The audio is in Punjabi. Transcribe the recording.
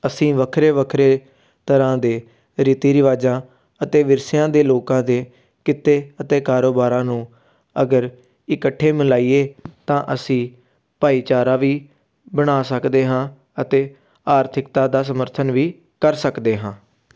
ਅਸੀਂ ਵੱਖਰੇ ਵੱਖਰੇ ਤਰ੍ਹਾਂ ਦੇ ਰੀਤੀ ਰਿਵਾਜਾਂ ਅਤੇ ਵਿਰਸਿਆਂ ਦੇ ਲੋਕਾਂ ਦੇ ਕਿੱਤੇ ਅਤੇ ਕਾਰੋਬਾਰਾਂ ਨੂੰ ਅਗਰ ਇਕੱਠੇ ਮਿਲਾਈਏ ਤਾਂ ਅਸੀਂ ਭਾਈਚਾਰਾ ਵੀ ਬਣਾ ਸਕਦੇ ਹਾਂ ਅਤੇ ਆਰਥਿਕਤਾ ਦਾ ਸਮਰਥਨ ਵੀ ਕਰ ਸਕਦੇ ਹਾਂ